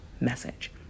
message